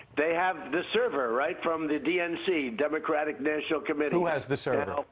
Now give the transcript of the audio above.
they have the server, right? from the dnc, democratic national committee. who has the server?